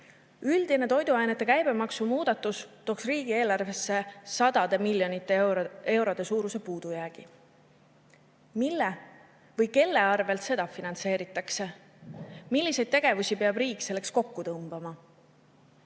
Üldine toiduainete käibemaksu muudatus tooks riigieelarvesse sadade miljonite eurode suuruse puudujäägi. Mille või kelle arvel seda finantseeritakse? Milliseid tegevusi peab riik selleks kokku tõmbama?